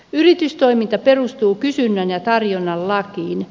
yritystoiminta perustuu kysynnän ja tarjonnan lakiin